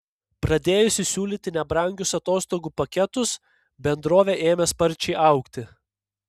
pradėjusi siūlyti nebrangius atostogų paketus bendrovė ėmė sparčiai augti